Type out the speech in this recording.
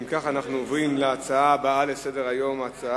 אנחנו עוברים להצעות לסדר-היום מס'